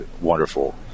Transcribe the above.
wonderful